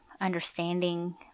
understanding